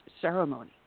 ceremony